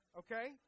okay